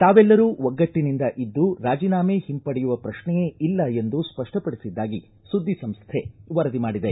ತಾವೆಲ್ಲರೂ ಒಗ್ಲಿಸಿನಿಂದ ಇದ್ದು ರಾಜನಾಮೆ ಹಿಂಪಡೆಯುವ ಪ್ರಶ್ನೆಯೇ ಇಲ್ಲ ಎಂದು ಸ್ಪಷ್ಟ ಪಡಿಸಿದ್ದಾಗಿ ಸುದ್ದಿ ಸಂಸ್ಥೆ ವರದಿ ಮಾಡಿದೆ